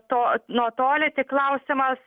to nuo toli tik klausimas